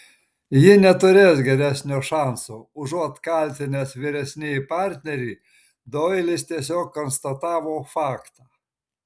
ji neturės geresnio šanso užuot kaltinęs vyresnįjį partnerį doilis tiesiog konstatavo faktą